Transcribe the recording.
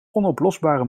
onoplosbare